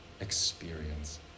experience